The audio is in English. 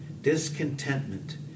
discontentment